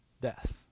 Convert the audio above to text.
death